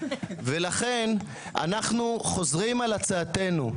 ולכן אנחנו חוזרים על הצעתו,